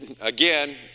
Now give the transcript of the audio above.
again